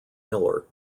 miller